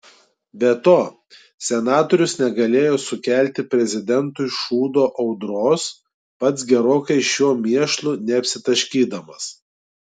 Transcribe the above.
be to senatorius negalėjo sukelti prezidentui šūdo audros pats gerokai šiuo mėšlu neapsitaškydamas